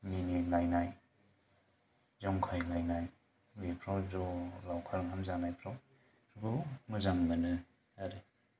मिनिलायनाय जंखायलायनाय बेफोराव ज' लावखार ओंखाम जानायफ्रावबो मोजां मोनो आरो